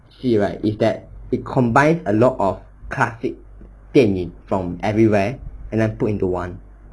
戏 right is that it combines a lot of classic 电影 from everywhere and then put into one